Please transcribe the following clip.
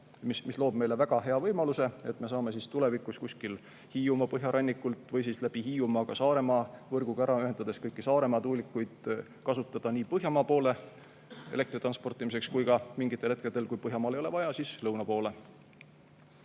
see loob meile väga hea võimaluse, et me saame tulevikus kuskilt Hiiumaa põhjarannikult või siis läbi Hiiumaa ka Saaremaa võrguga ära ühendades kõiki Saaremaa tuulikuid kasutada nii põhja poole elektri transportimiseks kui ka mingitel hetkedel, kui põhjamaale ei ole vaja, siis lõuna poole.